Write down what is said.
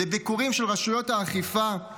לביקורים של רשויות האכיפה,